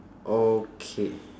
okay